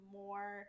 more